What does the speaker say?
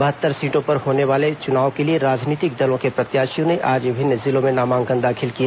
बहत्तर सीटों पर होने वाले चुनाव के लिए राजनीतिक दलों के प्रत्याशियों ने आज विभिन्न जिलों में नामांकन दाखिल किए